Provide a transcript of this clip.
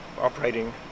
operating